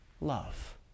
love